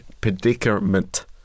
predicament